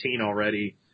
already